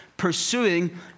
pursuing